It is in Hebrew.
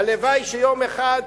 הלוואי שיום אחד,